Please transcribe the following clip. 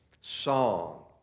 song